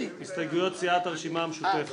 הסתייגויות סיעת הרשימה המשותפת.